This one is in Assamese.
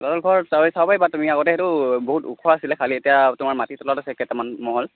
ৰংঘৰ চা চাব পাৰিবা তুমি আগতে সেইটো বহুত ওখ আছিলে খালি এতিয়া তোমাৰ মাটিৰ তলত আছে কেইটামান মহল